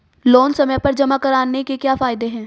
Loan समय पर जमा कराने के क्या फायदे हैं?